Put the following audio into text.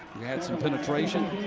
he had some penetration.